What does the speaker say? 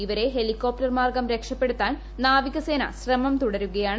ഇവരെ ഹെലികോപ്റ്റർ മാർഗം രക്ഷപ്പെടുത്താൻ നാവിക സേന ശ്രമം തുടരുകയാണ്